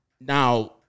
Now